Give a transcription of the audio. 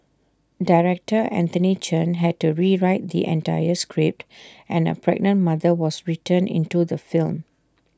Director Anthony Chen had to rewrite the entire script and A pregnant mother was written into the film